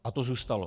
A to zůstalo.